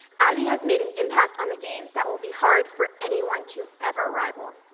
abby has made an impact on the game that will be hard for anyone to ever rival